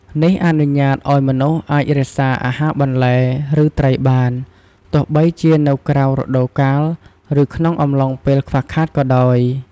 នេះអនុញ្ញាតឲ្យមនុស្សអាចរក្សាអាហារបន្លែ ឬ ត្រីបាន ទោះបីជានៅក្រៅរដូវកាល ឬក្នុងអំឡុងពេលខ្វះខាតក៏ដោយ។